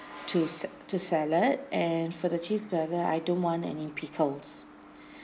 to sa~ to salad and for the cheese burger I don't want any pickles